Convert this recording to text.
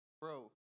Bro